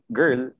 girl